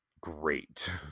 great